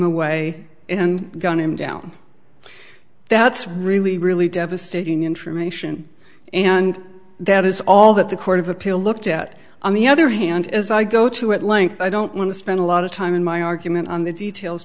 away and gun him down that's really really devastating information and that is all that the court of appeal looked at on the other hand as i go to at length i don't want to spend a lot of time in my argument on the details